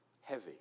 Heavy